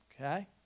Okay